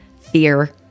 fear